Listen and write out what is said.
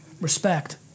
Respect